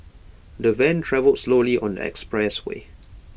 the van travelled slowly on the expressway